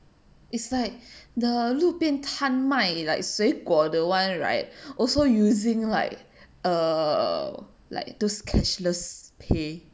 it's like the 路边摊卖 like 水果 the [one] right also using like uh like those cashless pay